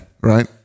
right